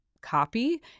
copy